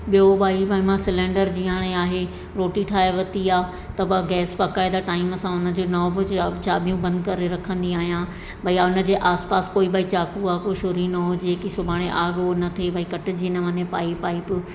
ॿियो भई वरी मां सिलैंडर जीअं हाणे आहे रोटी ठाहे वती आहे त बि गैस पकाए त टाइम सां उन जो नओं भुज ऐं चाॿियूं बंदि करे रखंदी आहियां भई उन जे आसपासि कोई भई चाकू वाकू शुरी न हुजे की सुभाणे आग हुओ न थिए भई कटिजी न वञे पाइ पाइप